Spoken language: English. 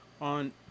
on